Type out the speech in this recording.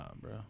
bro